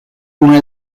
una